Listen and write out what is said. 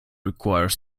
requires